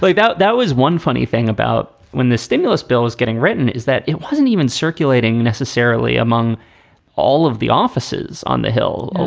but that was one funny thing about when the stimulus bill is getting written is that it wasn't even circulating necessarily among all of the offices on the hill.